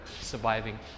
surviving